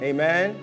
Amen